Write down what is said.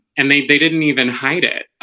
and they they didn't even hide it